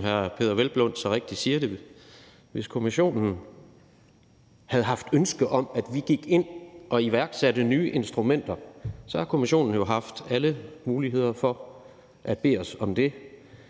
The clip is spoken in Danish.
hr. Peder Hvelplund så rigtigt siger det – havde haft ønske om, at vi gik ind og iværksatte nye instrumenter, har kommissionen jo haft alle muligheder for at bede os om det.